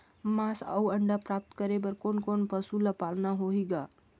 मांस अउ अंडा प्राप्त करे बर कोन कोन पशु ल पालना होही ग?